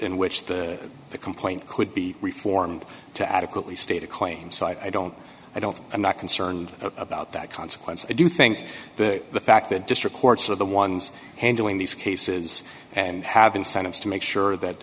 in which the complaint could be reformed to adequately state a claim so i don't i don't i'm not concerned about that consequence i do think that the fact that district courts are the ones handling these cases and have incentives to make sure that